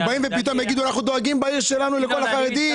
הם יגידו שהם דואגים בעיר שלהם לכל החרדים,